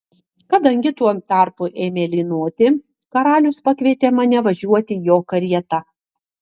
kadangi tuo tarpu ėmė lynoti karalius pakvietė mane važiuoti jo karieta